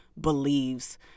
believes